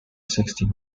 sixty